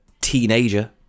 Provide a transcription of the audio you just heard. Teenager